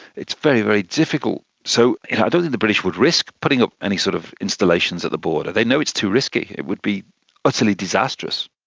it's very, very difficult, so i yeah don't think the british would risk putting up any sort of installations at the border, they know it's too risky. it would be utterly disastrous.